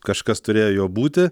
kažkas turėjo juo būti